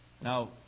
Now